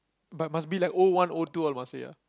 but must be like O one O two all must say ah